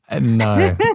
No